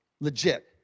legit